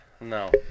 No